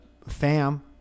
fam